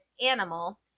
Animal